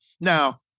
Now